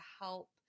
help